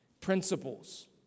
principles